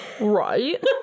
Right